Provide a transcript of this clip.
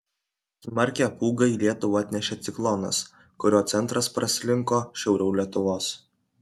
smarkią pūgą į lietuvą atnešė ciklonas kurio centras praslinko šiauriau lietuvos